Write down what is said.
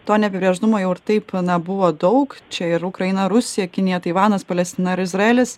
to neapibrėžtumo jau ir taip na buvo daug čia ir ukraina rusija kinija taivanas palestina ir izraelis